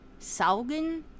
Saugen